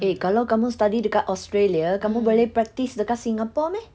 eh kalau kamu study dekat australia kamu boleh practise dekat singapore meh